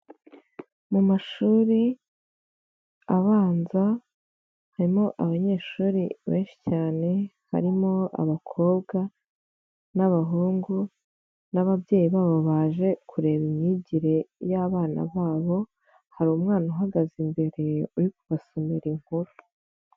Mu mashuri abanza harimo abanyeshuri benshi cyane, harimo abakobwa n'abahungu n'ababyeyi babo baje kureba imyigire y'abana babo, hari umwana uhagaze imbere uri kubasomera inkuru.